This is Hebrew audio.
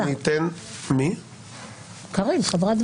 ואני האדם --- גם אני לא מנהלת משא ומתן עם מי שמאיים עלי.